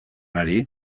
ari